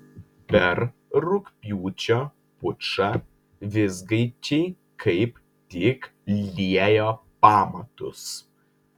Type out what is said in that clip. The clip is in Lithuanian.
per rugpjūčio pučą vizgaičiai kaip tik liejo pamatus